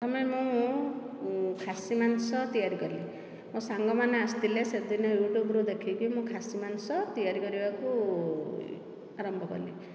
ଆମେ ମୁଁ ଖାସି ମାଂସ ତିଆରି କଲି ମୋ ସାଙ୍ଗମାନେ ଆସିଥିଲେ ସେଦିନ ୟୁଟ୍ୟୁବରୁ ଦେଖିକି ଖାସି ମାଂସ ତିଆରି କରିବାକୁ ଆରମ୍ଭ କଲି